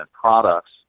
products